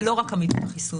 זה לא רק עמידות החיסון.